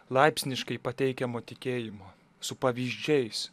laipsniškai pateikiamo tikėjimo su pavyzdžiais